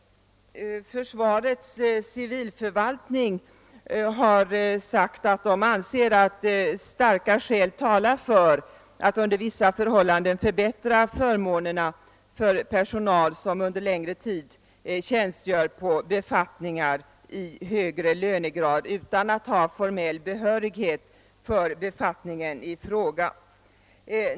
Försvarets civilförvaltning har framhållit att man anser att starka skäl talar för att under vissa förhållanden förmånerna förbättras för personal som under längre tid tjänstgör på befattning i högre lönegrad utan att ha formell behörighet för befattningen i fråga.